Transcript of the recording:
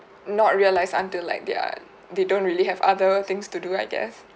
not realize until like they are they don't really have other things to do I guess